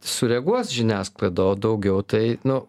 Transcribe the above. sureaguos žiniasklaida o daugiau tai nu